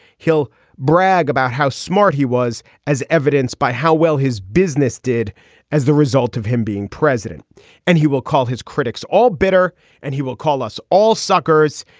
he'll brag about how smart he was as evidenced by how well his business did as the result of him being president and he will call his critics all bitter and he will call us all suckers.